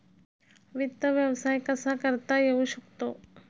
वित्त व्यवसाय कसा करता येऊ शकतो?